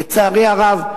לצערי הרב,